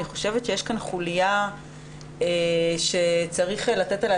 אני חושבת שיש כאן חוליה שצריך לתת עליה